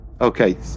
Okay